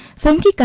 sunday